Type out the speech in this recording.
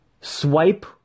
swipe